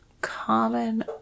common